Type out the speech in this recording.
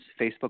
Facebook